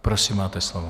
Prosím, máte slovo.